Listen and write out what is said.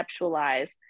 conceptualize